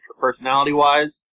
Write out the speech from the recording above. personality-wise